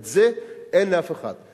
את זה אין לאף אחד.